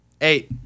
Eight